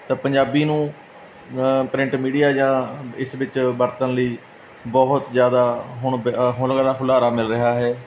ਤਾਂ ਪੰਜਾਬੀ ਨੂੰ print media ਜਾਂ ਇਸ ਵਿੱਚ ਵਰਤਣ ਲਈ ਬਹੁਤ ਜ਼ਿਆਦਾ ਹੁਣ ਬ ਹੁਲਾਰਾ ਮਿਲ ਰਿਹਾ ਹੈ